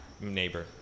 neighbor